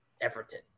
Everton